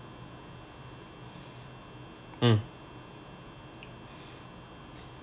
mm